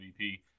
MVP